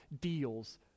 deals